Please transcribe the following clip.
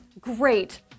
Great